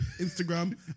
Instagram